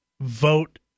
vote